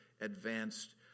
advanced